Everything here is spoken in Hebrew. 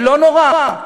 ולא נורא.